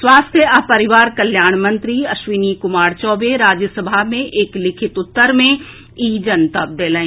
स्वास्थ्य आ परिवार कल्याण मंत्री अश्विनी कुमार चौबे राज्यसभा मे एक लिखित उत्तर मे ई जनतब देलनि